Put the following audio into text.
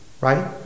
right